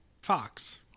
Fox